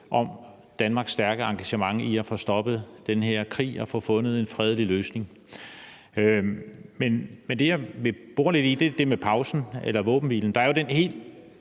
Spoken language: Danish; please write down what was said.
om Danmarks stærke engagement i at få stoppet den her krig og få fundet en fredelig løsning. Men det, jeg vil bore lidt i, er det med pausen eller våbenhvilen. Der er jo den helt